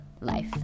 life